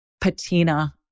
patina